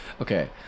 Okay